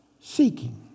seeking